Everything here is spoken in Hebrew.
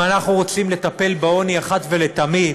אם אנחנו רוצים לטפל בעוני אחת ולתמיד,